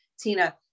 Tina